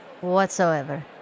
whatsoever